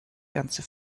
ganze